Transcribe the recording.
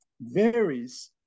varies